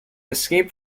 escaped